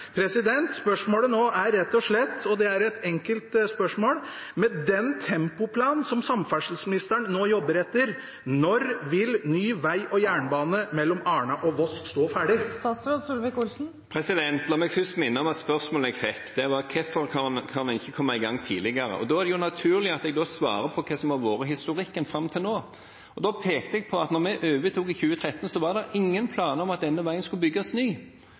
Spørsmålet nå er rett og slett – og det er et enkelt spørsmål – med den tempoplanen som samferdselsministeren nå jobber etter, når vil ny vei og jernbane mellom Arna og Voss stå ferdig? La meg først minne om at spørsmålet jeg fikk, var hvorfor kan vi ikke komme i gang tidligere. Da er det naturlig at jeg svarer på hva som har vært historikken fram til nå. Da pekte jeg på at da vi tok over i 2013, var det ingen planer om at denne veien skulle bygges ny.